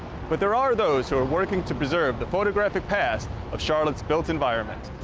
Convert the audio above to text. but there are those who are working to preserve the photographic past of charlotte's built environment.